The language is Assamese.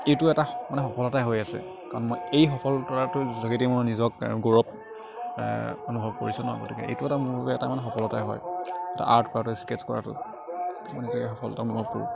এইটো এটা মানে সফলতাই হৈ আছে কাৰণ মই এই সফলতাটোৰ যোগেদি মই নিজক গৌৰৱ অনুভৱ কৰিছোঁ ন গতিকে এইটো এটা মোৰ বাবে এটা মানে সফলতাই হয় আৰ্ট কৰাটো স্কেটছ কৰাটো মই নিজকে সফলতা অনুভৱ কৰোঁ